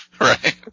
Right